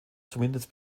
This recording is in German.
zumindest